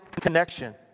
connection